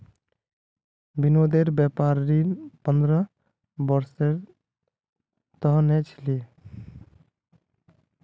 विनोदेर व्यापार ऋण पंद्रह वर्षेर त न छिले